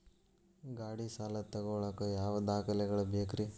ಗಾಡಿ ಸಾಲ ತಗೋಳಾಕ ಯಾವ ದಾಖಲೆಗಳ ಬೇಕ್ರಿ?